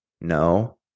no